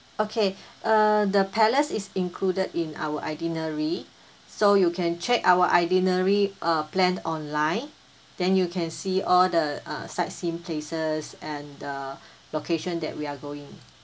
okay uh the palace is included in our itinerary so you can check our itinerary or plan online then you can see all the uh sightseeing places and the location that we are going